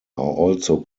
also